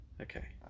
Okay